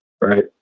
Right